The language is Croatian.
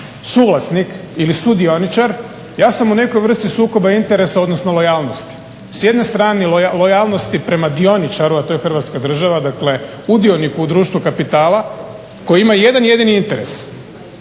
suvlasnik ili sudioničar, ja sam u nekoj vrsti sukoba interesa, odnosno lojalnosti. S jedne strane lojalnosti prema dioničaru a to je hrvatska država, dakle udionik u društvu kapitala koji ima jedan jedini interes